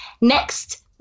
Next